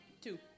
Two